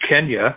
Kenya